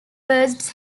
birds